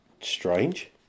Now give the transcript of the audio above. strange